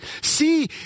See